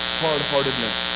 hard-heartedness